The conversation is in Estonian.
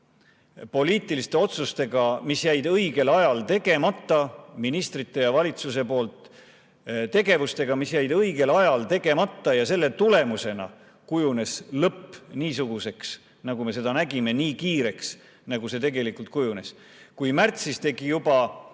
poliitiliste otsustega, mis jäid õigel ajal ministrite ja valitsuse poolt tegemata, tegevustega, mis jäid õigel ajal tegemata, ja selle tulemusena kujunes lõpp niisuguseks, nagu me seda nägime, nii kiireks, nagu see tegelikult kujunes. Kui juba märtsis tegi